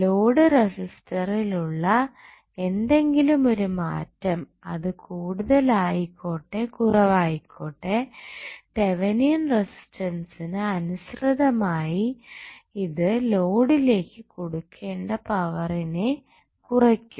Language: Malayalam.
ലോഡ് റസിസ്റ്ററിൽ ഉള്ള എന്തെങ്കിലും ഒരു മാറ്റം അത് കൂടുതൽ ആയിക്കോട്ടെ കുറവായിക്കോട്ടെ തെവനിയൻ റസിസ്റ്റൻസ്സിനു അനുസൃതമായി അത് ലോഡ്ജിലേക്ക് കൊടുക്കേണ്ട പവറിനെ കുറയ്ക്കും